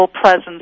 presence